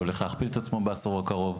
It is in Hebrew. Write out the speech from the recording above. זה הולך להכפיל את עצמו בעשור הקרוב.